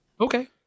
Okay